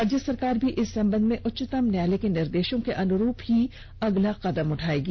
राज्य सरकार भी इस संबंध में उच्चतम न्यायालय के निर्देषों के अनुरूप ही अगला कदम उठायेगी